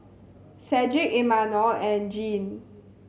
Cedric Imanol and Jean